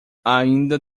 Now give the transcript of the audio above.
ainda